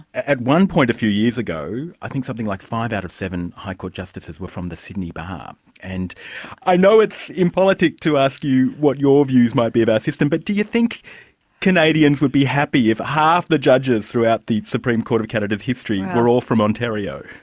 at one point a few years ago, i think something like five out of seven high court justices were from the sydney bar, um and i know it's impolitic to ask you what your views might be of our system, but do you think canadians would be happy if half the judges throughout the supreme court of canada's history were all from ontario?